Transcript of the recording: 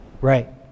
right